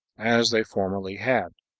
as they formerly had.